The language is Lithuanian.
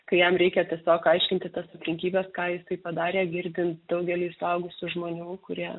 kai jam reikia tiesiog aiškinti tas aplinkybes ką jisai padarė girdint daugeliui suaugusių žmonių kurie